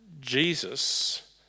Jesus